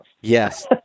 Yes